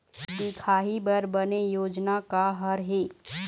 दिखाही बर बने योजना का हर हे?